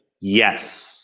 yes